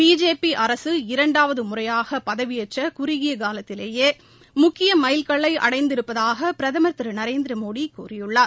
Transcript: BJP அரசு இரண்டாவது முறையாகப் பதவியேற்ற குறுகிய காலத்திவேயே முக்கிய மைல் கல்லை அடைந்திருப்பதாக பிரதமர் திரு நரேந்திர மோடி கூறியுள்ளார்